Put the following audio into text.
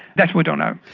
that we don't know.